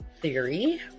theory